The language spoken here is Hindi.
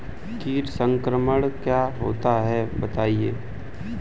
कीट संक्रमण क्या होता है बताएँ?